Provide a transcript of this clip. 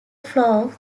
flows